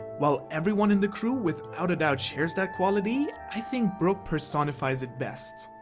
while everyone in the crew without a doubt shares that quality, i think brook personifies it best.